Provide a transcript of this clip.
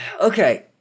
okay